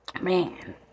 man